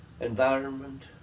environment